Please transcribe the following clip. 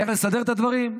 איך לסדר את הדברים?